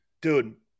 Dude